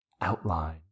outline